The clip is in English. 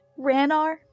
Ranar